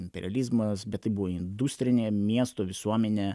imperializmas bet tai buvo industrinė miesto visuomenė